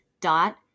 dot